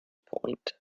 point